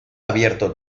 abierto